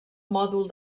mòdul